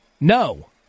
no